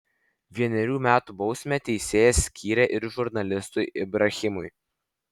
vienerių metų bausmę teisėjas skyrė ir žurnalistui ibrahimui